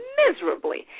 miserably